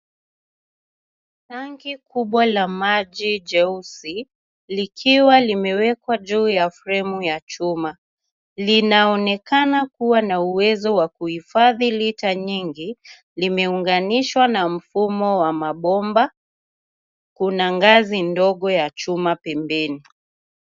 Tangi kubwa la maji jeusi, likiwa limewekwa juu ya fremu ya chuma. Linaonekana kuwa na uwezo wa kuhifadhi litre nyingi. Limeunganishwa na mfumo wa mabomba. Kuna ngazi ndogo ya chuma pembeni.